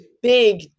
big